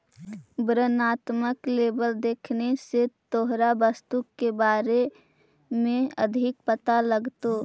वर्णात्मक लेबल देखने से तोहरा वस्तु के बारे में अधिक पता लगतो